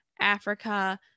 Africa